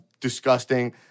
disgusting